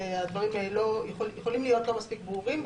שהדברים האלה יכולים להיות לא מספיק ברורים.